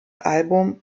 album